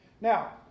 Now